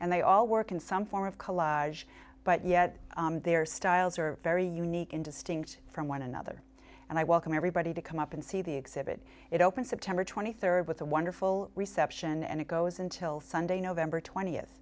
and they all work in some form of collage but yet their styles are very unique in distinct from one another and i welcome everybody to come up and see the exhibit it opens september twenty third with a wonderful reception and it goes until sunday november twentieth